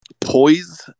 poise